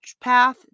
path